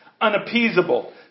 unappeasable